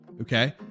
Okay